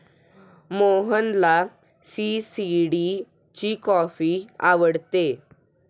मोहनला सी.सी.डी ची कॉफी आवडते